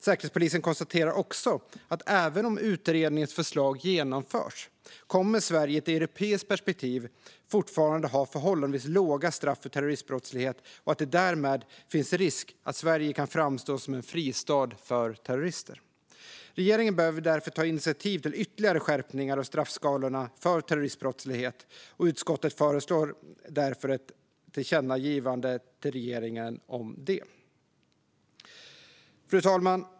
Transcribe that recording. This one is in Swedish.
Säkerhetspolisen konstaterar också att även om utredningens förslag genomförs kommer Sverige i ett europeiskt perspektiv fortfarande att ha förhållandevis låga straff för terroristbrottslighet och att det därmed finns risk att Sverige kan framstå som en fristad för terrorister. Regeringen behöver därför ta initiativ till ytterligare skärpningar av straffskalorna för terroristbrottslighet, och utskottet föreslår därför ett tillkännagivande till regeringen om detta. Fru talman!